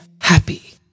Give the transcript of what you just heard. happy